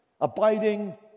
abiding